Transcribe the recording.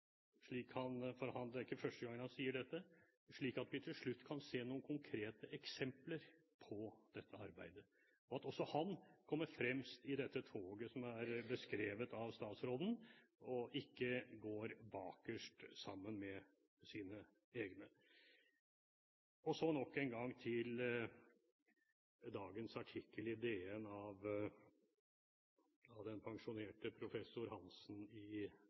slik at vi til slutt kan se noen konkrete eksempler på dette arbeidet, og at også han kommer fremst i det toget som er beskrevet av statsråden, og ikke går bakerst sammen med sine egne. Så nok en gang til dagens artikkel i Dagens Næringsliv av den pensjonerte professor Hansen i